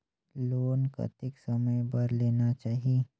Loan कतेक समय बर लेना चाही?